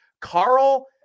Carl